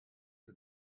the